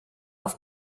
auf